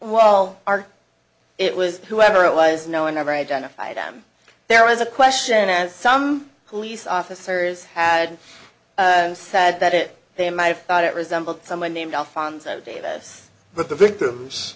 our it was whoever it was no one ever identified them there is a question as some police officers had said that it they might have thought it resembled someone named alfonso davis but the victims